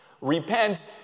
Repent